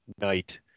night